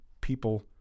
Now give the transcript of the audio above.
people